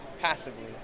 passively